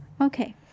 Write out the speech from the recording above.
Okay